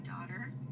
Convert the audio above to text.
daughter